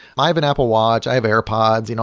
i have an apple watch, i have airpods. you know